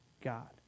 God